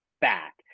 back